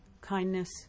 kindness